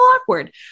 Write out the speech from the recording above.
awkward